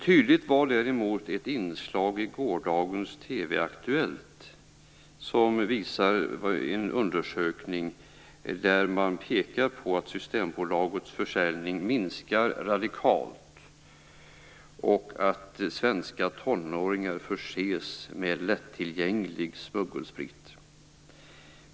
Tydligt var däremot ett inslag i gårdagens TV-Aktuellt, som visade en undersökning som pekar på att Systembolagets försäljning minskar radikalt och att svenska tonåringar förses med lättillgänglig smuggelsprit.